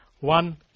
One